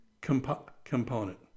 component